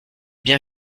bien